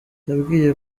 yambwiye